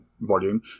volume